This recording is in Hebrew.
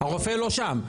הרופא לא שם.